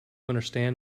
understand